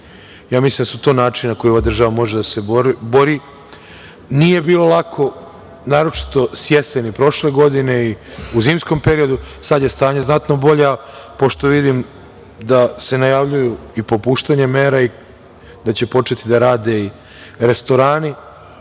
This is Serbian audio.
EU. Mislim da su to načini na koje ove država može da se bori. Nije bilo lako, naročito s jeseni prošle godine i u zimskom periodu. Sad je stanje znatno bolje, pošto vidim da se najavljuju i popuštanje mera i da će početi da rade i restorani